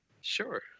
Sure